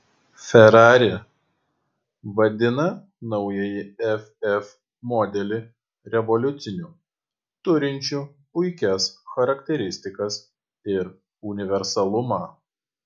ferrari vadina naująjį ff modelį revoliuciniu turinčiu puikias charakteristikas ir universalumą